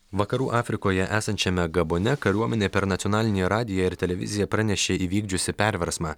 vakarų afrikoje esančiame gabone kariuomenė per nacionalinį radiją ir televiziją pranešė įvykdžiusi perversmą